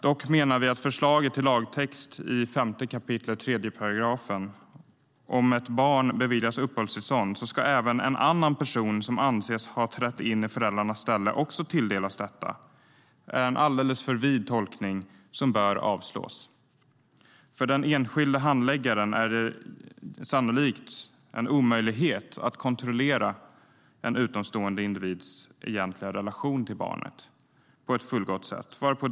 Dock menar vi att förslaget till lagtext i 5 kap. 3 §, att om ett barn beviljats uppehållstillstånd ska även en annan "person som får anses ha trätt i föräldrarnas ställe" tilldelas uppehållstillstånd, är en alldeles för vid tolkning som bör avslås. För den enskilda handläggaren är det sannolikt en omöjlighet att kontrollera en utomstående individs egentliga relation till barnet på ett fullgott sätt.